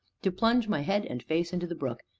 to plunge my head and face into the brook,